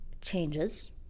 changes